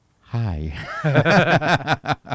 hi